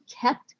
kept